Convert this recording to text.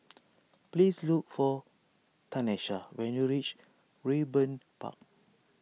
please look for Tanesha when you reach Raeburn Park